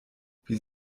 wie